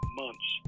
months